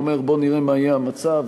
אומר: בואו נראה מה יהיה המצב,